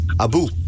Abu